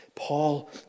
Paul